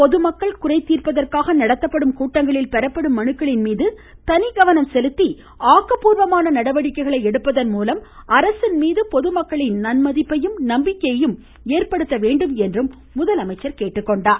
பொதுமக்கள் குறைதீர்ப்பதற்காக நடத்தப்படும் கூட்டங்களில் பெறப்படும் மனுக்களின் மீது தனிகவனம் செலுத்தி ஆக்கப்பூர்வமான நடவடிக்கைகளை எடுப்பதன் மூலம் அரசின் மீது பொதுமக்களின் நன்மதிப்பையும் நம்பிக்கையையும் ஏற்படுத்த வேண்டும் என்றும் முதலமைச்சர் கேட்டுக்கொண்டார்